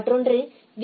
மற்றொன்று பி